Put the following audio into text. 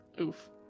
Oof